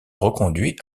reconduit